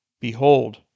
Behold